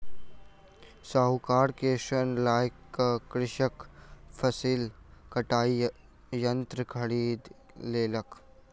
साहूकार से ऋण लय क कृषक फसिल कटाई यंत्र खरीद लेलक